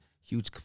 huge